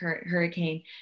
hurricane